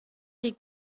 die